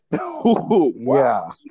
Wow